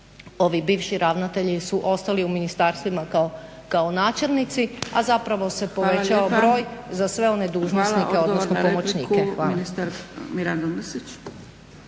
ovi bivši ravnatelji su ostali u ministarstvima kao načelnici a zapravo se povećao broj za sve one dužnosnike odnosno pomoćnike.